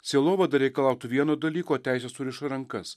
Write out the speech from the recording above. sielovada reikalautų vieno dalyko teisė suriša rankas